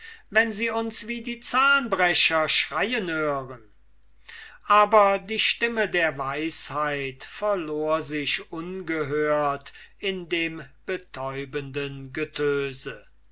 wenn sie uns wie die zahnbrecher schreien hören aber die stimme der weisheit verlor sich ungehört in dem betäubenden getöse